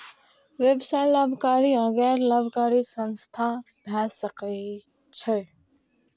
व्यवसाय लाभकारी आ गैर लाभकारी संस्था भए सकै छै